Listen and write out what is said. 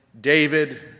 David